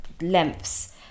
lengths